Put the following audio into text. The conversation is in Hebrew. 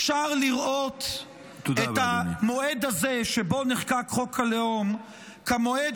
אפשר לראות את המועד הזה שבו נחקק חוק הלאום כמועד